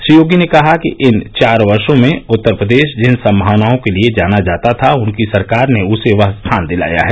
श्री योगी ने कहा कि इन चार वर्षो में उत्तर प्रदेश जिन संभावनाओं के लिए जाना जाता था उनकी सरकार ने उसे वह स्थान दिलाया है